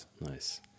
nice